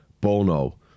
Bono